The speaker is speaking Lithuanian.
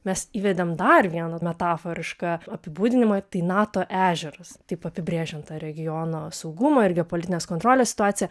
mes įvedėm dar vieną metaforišką apibūdinimą tai nato ežeras taip apibrėžiant tą regiono saugumo ir geopolitinės kontrolės situaciją